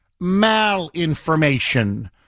malinformation